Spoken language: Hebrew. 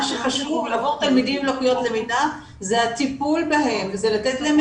מה שחשוב עבור תלמידים עם לקויות למידה זה הטיפול בהם וזה לתת להם